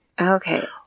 Okay